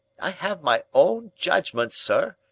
i have my own judgment, sir,